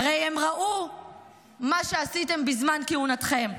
הרי הם ראו מה שעשיתם בזמן כהונתכם.